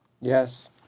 Yes